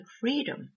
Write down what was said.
freedom